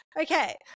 okay